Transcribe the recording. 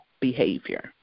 behavior